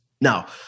Now